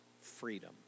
freedom